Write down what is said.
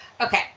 okay